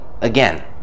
again